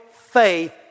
faith